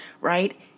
right